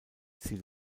sie